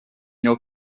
your